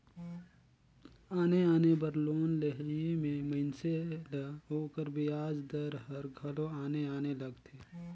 आने आने बर लोन लेहई में मइनसे ल ओकर बियाज दर हर घलो आने आने लगथे